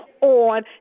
on